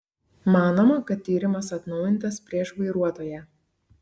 manoma kad tyrimas atnaujintas prieš vairuotoją